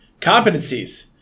competencies